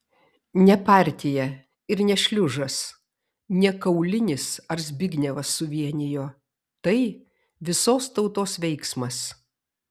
ne partija ir ne šliužas ne kaulinis ar zbignevas suvienijo tai visos tautos veiksmas